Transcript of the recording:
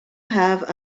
have